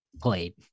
played